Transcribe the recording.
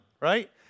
right